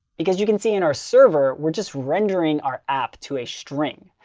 because you can see on our server we're just rendering are app to a string.